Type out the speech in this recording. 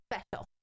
special